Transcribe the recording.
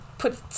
Put